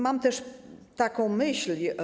Mam też taką myśl.